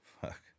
fuck